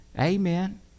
amen